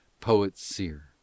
poet-seer